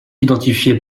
identifiés